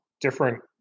different